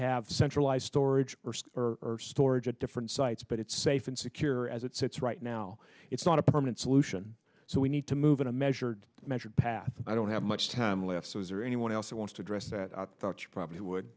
have centralized storage or storage at different sites but it's safe and secure as it sits right now it's not a permanent solution so we need to move in a measured measured path i don't have much time left so is there anyone else who wants to address that i thought you probably would